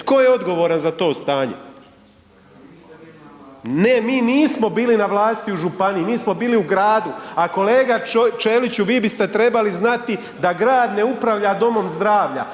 Tko je odgovoran za to stanje? Ne mi nismo bili na vlasti u županiji, mi smo bili u gradu, a kolega Ćeliću vi biste trebali znati da grad ne upravlja domom zdravlja,